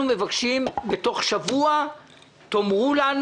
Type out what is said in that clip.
אנחנו מבקשים שבתוך שבוע תאמרו לנו